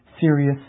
serious